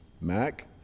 Mac